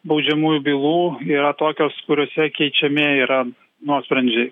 baudžiamųjų bylų yra tokios kuriose keičiami yra nuosprendžiai